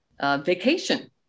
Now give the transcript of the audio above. vacation